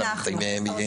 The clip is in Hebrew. אז